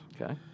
Okay